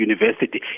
university